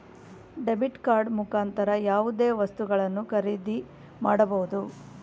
debit card ಮುಖಾಂತರ ಯಾವುದೇ ವಸ್ತುಗಳನ್ನು ಖರೀದಿ ಮಾಡಬಹುದು